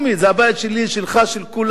זה הבית שלי, שלך, של כולנו.